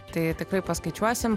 tai tikrai paskaičiuosim